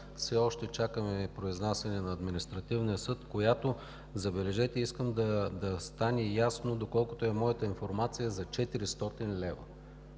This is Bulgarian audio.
все още чакаме произнасяне на Административния съд, която, забележете – искам да стане ясно, доколкото е моята информация, е за 400 лв.